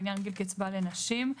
לעניין גיל קצבה לנשים: